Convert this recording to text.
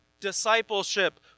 discipleship